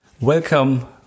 Welcome